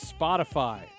Spotify